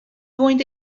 going